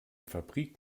fabrik